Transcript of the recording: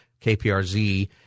KPRZ